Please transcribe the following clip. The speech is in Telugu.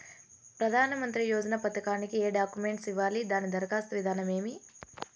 ప్రధానమంత్రి యోజన పథకానికి ఏ డాక్యుమెంట్లు ఇవ్వాలి దాని దరఖాస్తు విధానం ఏమి